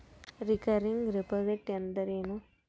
Recurring deposit ಅಂದರೇನು?